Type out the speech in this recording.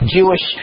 Jewish